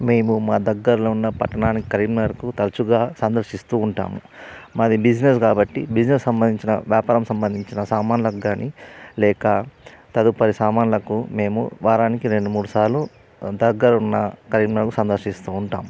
మేము మా దగ్గరలో ఉన్న పట్టణానికి కరీంనగర్కు తరచుగా సందర్శిస్తు ఉంటాము మాది బిజినెస్ కాబట్టి బిజినెస్ సంబంధించిన వ్యాపారం సంబంధించిన సామానులకు కానీ లేక తదుపరి సామానులకు మేము వారానికి రెండు మూడు సార్లు దగ్గర ఉన్న కరీంనగర్ సందర్శిస్తు ఉంటాము